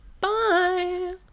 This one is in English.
Bye